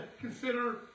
consider